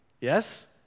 Yes